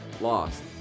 lost